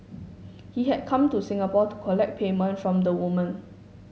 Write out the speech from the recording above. he had come to Singapore to collect payment from the woman